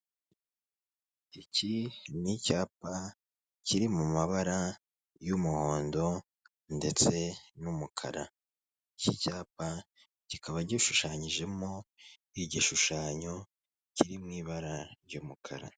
Iki ni icyapa kiri mu mabara y'umuhondo ndetse n'umukara iki cyapa kikaba gishushanyijemo igishushanyo kiri mwibara ry'umukara.